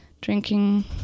drinking